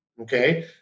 okay